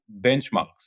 benchmarks